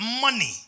money